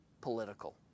political